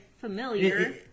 familiar